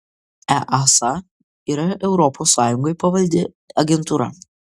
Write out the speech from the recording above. easa yra europos sąjungai pavaldi agentūra